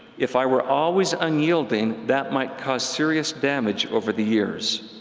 if i were always unyielding, that might cause serious damage over the years.